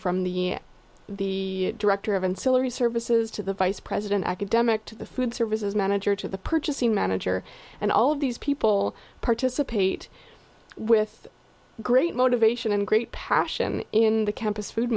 from the the director of and celery services to the vice president academic to the food services manager to the purchasing manager and all of these people participate with great motivation and great passion in the campus food